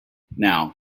now